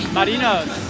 Marinos